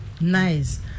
Nice